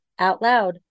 OUTLOUD